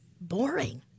boring